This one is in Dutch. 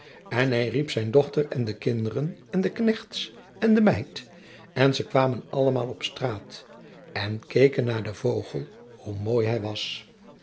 en hij riep zijn dochter en de kinderen en de knechts en de meid en ze kwamen allemaal op straat en keken naar den vogel hoe mooi hij was